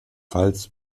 pfalz